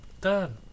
Done